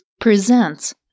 presents